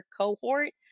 cohort